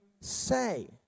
say